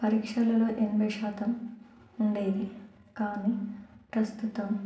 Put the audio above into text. పరీక్షలలో ఎనభై శాతం ఉండేది కానీ ప్రస్తుతం